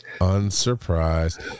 Unsurprised